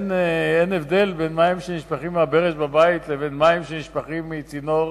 ואין הבדל בין מים שנשפכים מהברז בבית לבין מים שנשפכים מצינור